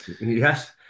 Yes